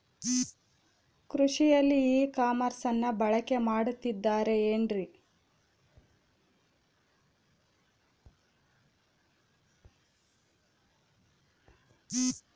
ಕೃಷಿಯಲ್ಲಿ ಇ ಕಾಮರ್ಸನ್ನ ಬಳಕೆ ಮಾಡುತ್ತಿದ್ದಾರೆ ಏನ್ರಿ?